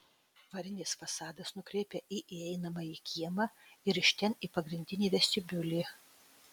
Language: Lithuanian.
varinis fasadas nukreipia į įeinamąjį kiemą ir iš ten į pagrindinį vestibiulį